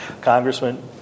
congressman